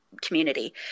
community